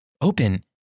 open